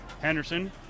Henderson